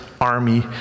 army